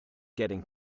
getting